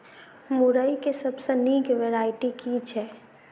मुरई केँ सबसँ निक वैरायटी केँ छै?